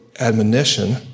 admonition